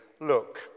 look